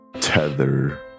tether